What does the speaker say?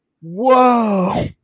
whoa